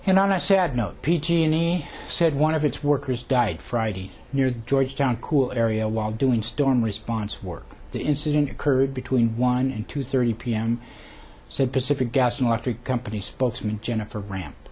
and on a sad note p g any said one of its workers died friday near the georgetown cool area while doing storm response work the incident occurred between one and two thirty p m said pacific gas and electric company spokesman jennifer bra